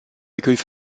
accueille